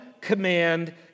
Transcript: command